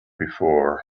before